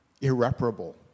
irreparable